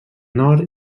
nord